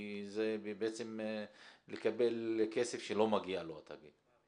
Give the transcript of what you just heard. כי זה בעצם לקבל כסף שלא מגיע לו, לתאגיד.